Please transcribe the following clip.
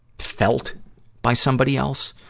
felt by somebody else,